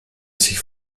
sich